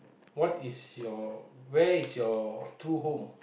what is your where is your true home